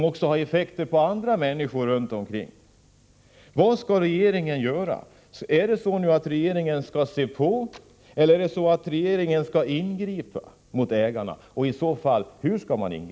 Avskedandet får effekter även för andra människor runt omkring.